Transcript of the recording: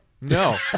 No